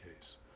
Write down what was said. case